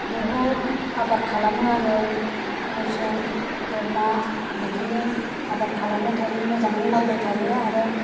बहुद आबार खालामो आंङो मोसौ बोरमा बिदिनो आबार खालामबाय थायो मोजाङै नायबाय थायो आरो